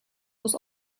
was